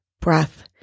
breath